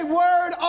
word